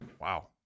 wow